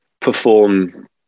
perform